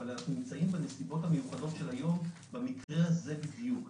אבל אנחנו נמצאים בנסיבות המיוחדות היום במקרה הזה בדיוק.